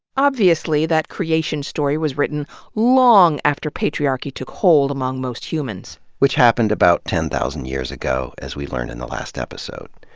obviously, that creation story was written long after patriarchy took hold among most humans. which happened about ten thousand years ago, as we learned in the last episode.